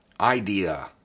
idea